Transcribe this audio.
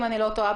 אם אני לא טועה.